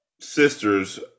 sisters